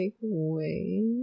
wait